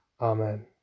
Amen